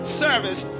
service